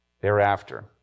thereafter